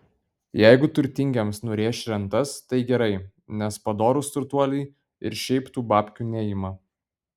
jeigu turtingiems nurėš rentas tai gerai nes padorūs turtuoliai ir šiaip tų babkių neima